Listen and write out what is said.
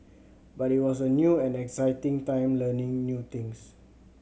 but it was a new and exciting time learning new things